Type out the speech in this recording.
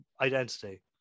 identity